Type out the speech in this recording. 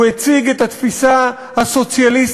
הוא הציג את התפיסה הסוציאליסטית,